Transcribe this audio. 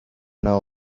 know